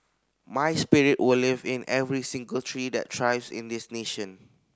my spirit will live in every single tree that thrives in this nation